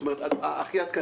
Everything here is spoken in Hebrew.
זאת אומרת, הכי עדכני.